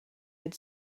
had